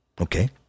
Okay